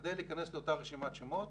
כדי להיכנס לאותה רשימה שמות